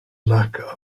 lack